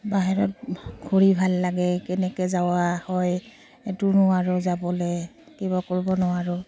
বাহিৰত ঘূৰি ভাল লাগে কেনেকৈ যোৱা হয় এইটো নোৱাৰোঁ যাবলৈ কিবা কৰিব নোৱাৰোঁ